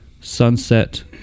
sunset